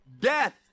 death